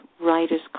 Writers